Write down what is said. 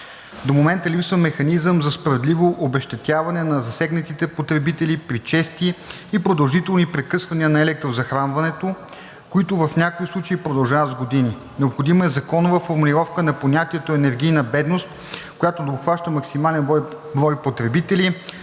До момента липсва механизъм за справедливо обезщетяване на засегнатите потребители при чести и продължителни прекъсвания на електрозахранването, които в някои случаи продължават с години. Необходима е законова формулировка на понятието „енергийна бедност“, която да обхваща максимален брой потребители,